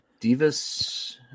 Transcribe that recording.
Divas